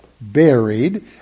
buried